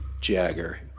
Jagger